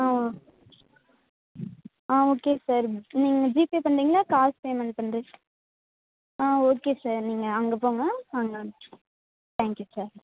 ஆ ஆ ஆ okay sir நீங்கள் ஜி பே பண்ணுறிங்களா இல்லை கார்ட் பேமெண்ட் பண்றி ஆ ஓகே சார் நீங்கள் அங்கே போங்க அங்கே தேங்க் யூ சார்